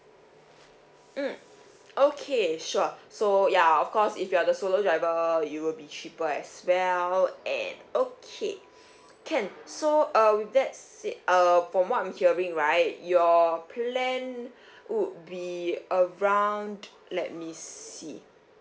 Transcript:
mm okay sure so ya of course if you are the solo driver it will be cheaper as well and okay can so uh with that said err from what I'm hearing right your plan would be around let me see